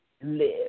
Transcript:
live